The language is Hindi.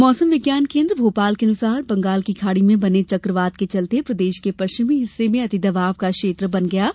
मौसम विज्ञान केन्द्र भोपाल के अनुसार बंगाल की खाड़ी में बने चकवात के चलते प्रदेश के पश्चिमी हिस्से में अति दबाव का क्षेत्र बन गया है